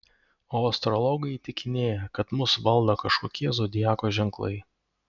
o astrologai įtikinėja kad mus valdo kažkokie zodiako ženklai